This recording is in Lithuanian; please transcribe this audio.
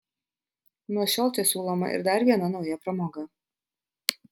nuo šiol čia siūloma ir dar viena nauja pramoga